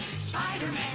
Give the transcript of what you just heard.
Spider-Man